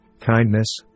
kindness